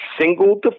single